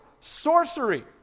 sorcery